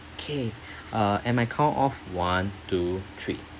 okay uh and my count of one two three